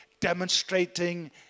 demonstrating